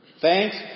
Thanks